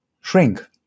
shrink